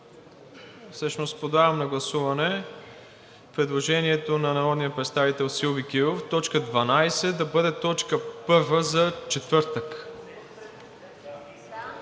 прието. Подлагам на гласуване предложението на народния представител Силви Кирилов т. 12 да бъде т. 1 за четвъртък.